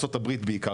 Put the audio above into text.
בארצות הברית בעיקר,